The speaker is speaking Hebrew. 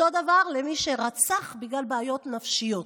אותו דבר למי שרצח בגלל בעיות נפשיות.